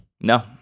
no